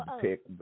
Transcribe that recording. pick